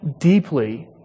deeply